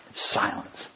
Silence